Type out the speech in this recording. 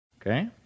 Okay